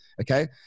okay